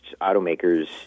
automakers